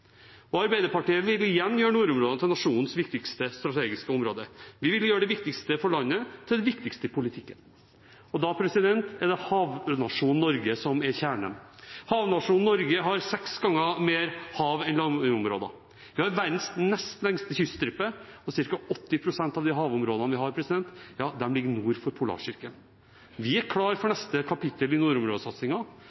agenda. Arbeiderpartiet vil igjen gjøre nordområdene til nasjonens viktigste strategiske område. Vi vil gjøre det viktigste for landet til det viktigste i politikken. Da er det havnasjonen Norge som er kjernen. Havnasjonen Norge har seks ganger mer hav enn landområder. Vi har verdens nest lengste kyststripe, og ca. 80 pst. av de havområdene vi har, ligger nord for polarsirkelen. Vi er klare for